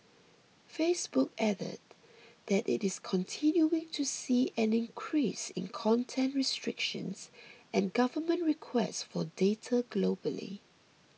Facebook added that it is continuing to see an increase in content restrictions and government requests for data globally